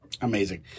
Amazing